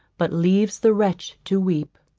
but leaves the wretch to weep.